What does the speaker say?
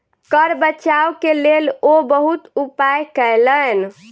कर बचाव के लेल ओ बहुत उपाय कयलैन